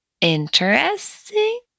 Interesting